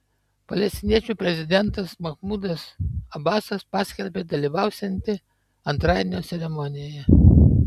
palestiniečių prezidentas mahmudas abasas paskelbė dalyvausianti antradienio ceremonijoje